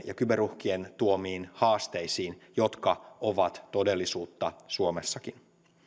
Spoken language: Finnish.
ja kyberuhkien tuomiin haasteisiin jotka ovat todellisuutta suomessakin